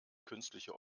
künstliche